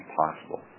possible